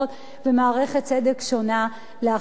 ומערכת צדק שונה לאחרים.